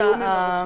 היושב-ראש,